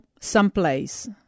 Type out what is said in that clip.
someplace